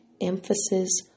emphasis